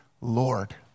Lord